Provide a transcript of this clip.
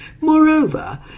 Moreover